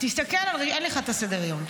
אין לך את סדר-היום.